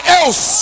else